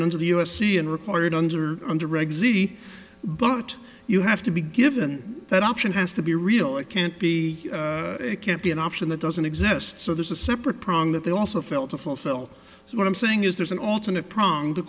under the u s c and required under under regs easy but you have to be given that option has to be real it can't be it can't be an option that doesn't exist so there's a separate problem that they also fell to fulfill what i'm saying is there's an alternate pronged the